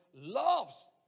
loves